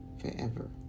forever